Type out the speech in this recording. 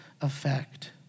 effect